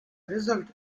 result